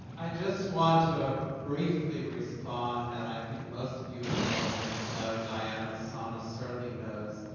i just want to briefly respond, and i think most of you in the audience know, diana ossana certainly knows,